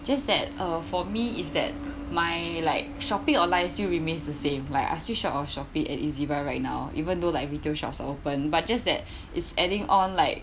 just that uh for me is that my like shopping online still remains the same like I still shop on Shopee and ezbuy right now even though like retail shops are open but just that is adding on like